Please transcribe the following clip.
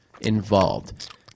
involved